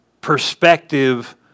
perspective